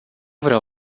vreau